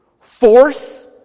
force